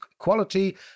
equality